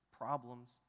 problems